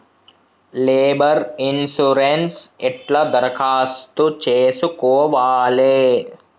Labour insurance ఎట్ల దరఖాస్తు చేసుకోవాలే?